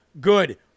good